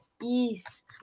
Yes